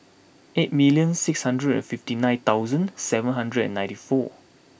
eight million six hundred and fifty nine thousand seven hundred and ninety four